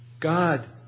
God